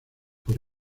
por